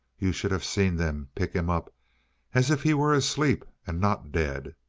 you should have seen them pick him up as if he were asleep, and not dead.